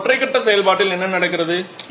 ஆனால் ஒற்றை கட்ட செயல்பாட்டில் என்ன நடக்கிறது